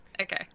Okay